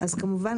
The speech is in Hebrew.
אז כמובן,